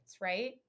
right